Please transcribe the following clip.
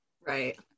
Right